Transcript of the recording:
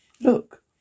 Look